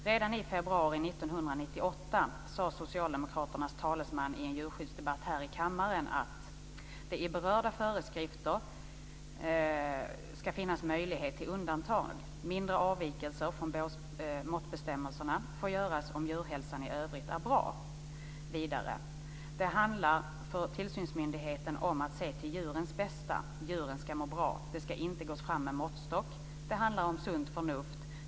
Redan i februari 1998 sade socialdemokraternas talesman i en djurskyddsdebatt i kammaren att det i berörda föreskrifter finns möjligheter till undantag. Mindre avvikelser från måttbestämmelserna får göras om djurhälsan i övrigt är bra. Vidare sade han att det handlar för tillsynsmyndigheten om att se till djurens bästa. Djuren ska må bra. Det ska inte gås fram med måttstock. Det handlar om sunt förnuft.